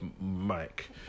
Mike